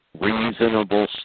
reasonable